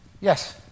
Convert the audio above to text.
Yes